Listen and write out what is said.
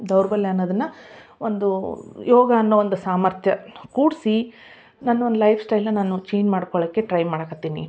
ದೌರ್ಬಲ್ಯ ಅನ್ನೋದನ್ನ ಒಂದು ಯೋಗ ಅನ್ನೋ ಒಂದು ಸಾಮರ್ಥ್ಯ ಕೂಡಿಸಿ ನನ್ನ ಒಂದು ಲೈಫ್ಸ್ಟೈಲ್ನ ನಾನು ಚೇಂಜ್ ಮಾಡ್ಕೊಳೋಕೆ ಟ್ರೈ ಮಾಡಕ್ಕೆ ಹತ್ತೀನಿ